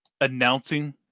announcing